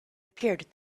appeared